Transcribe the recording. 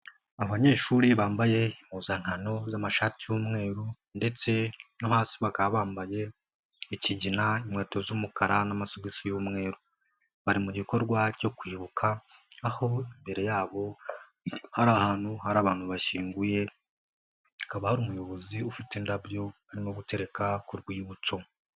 Abanyeshuri bambaye impuzankano z'amashati y'umweru ndetse no hasi bakaba bambaye ikigina, inkweto z'umukara n'amasogisi y'umweru. Bari mu gikorwa cyo kwibuka, aho imbere yabo hari ahantu hari abantu bashyinguye, hakaba hari umuyobozi ufite indabyo urimo gutereka ku rwibutso.